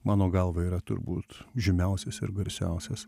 mano galva yra turbūt žymiausias ir garsiausias